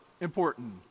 important